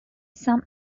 some